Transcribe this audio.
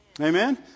Amen